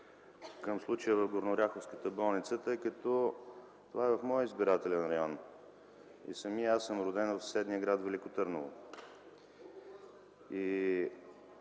към случая в горнооряховската болница, тъй като е в моя избирателен район. Самият аз съм роден в съседния град Велико Търново.